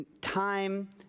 time